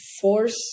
force